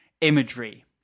imagery